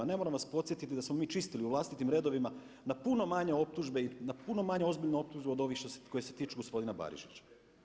Ne moram vas podsjetiti da smo čistili u vlastitim redovima na puno manje optužbe i na puno manje ozbiljne optužbe od ovih koje se tiču gospodina Barišića.